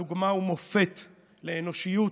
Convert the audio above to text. את דוגמה ומופת לאנושיות,